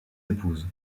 épouses